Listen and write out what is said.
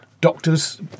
doctors